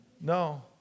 No